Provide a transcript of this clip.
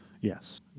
Yes